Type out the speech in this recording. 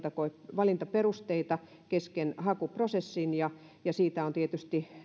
valintaperusteita kesken hakuprosessin siitä tietysti